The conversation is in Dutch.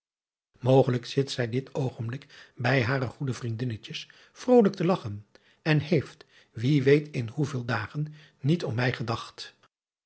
ogelijk zit zij dit oogenblik bij hare goede vriendinnetjes vrolijk te lagchen en heeft wie weet in hoe veel dagen niet om mij gedacht